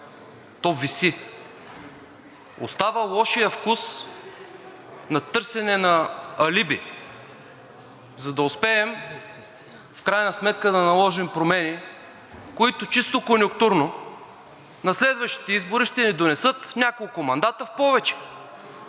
То виси. Остава лошият вкус на търсене на алиби, за да успеем в крайна сметка да наложим промени, които чисто конюнктурно на следващите избори ще ни донесат няколко мандата в повече.